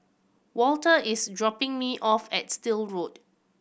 Walter is dropping me off at Still Road